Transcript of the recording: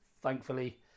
thankfully